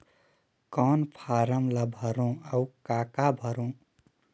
कौन फारम ला भरो और काका भरो?